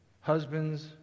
Husbands